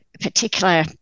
particular